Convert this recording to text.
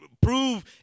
prove